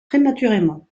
prématurément